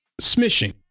smishing